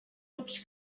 grups